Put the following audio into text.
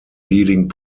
leading